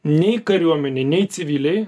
nei kariuomenė nei civiliai